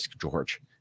George